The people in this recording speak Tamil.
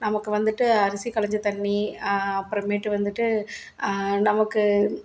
நமக்கு வந்துட்டு அரிசி களைஞ்ச தண்ணி அப்புறம் மேட்டு வந்துட்டு நமக்கு